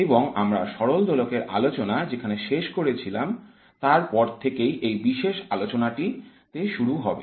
এবং আমরা সরল দোলকের আলোচনা যেখানে শেষ করেছিলাম তারপর থেকেই এই বিশেষ আলোচনাটিতে শুরু হবে